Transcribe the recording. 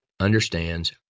understands